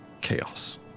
chaos